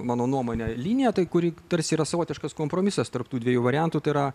mano nuomone linija tai kuri tarsi yra savotiškas kompromisas tarp tų dviejų variantų tai yra